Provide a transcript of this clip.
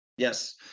Yes